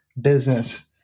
business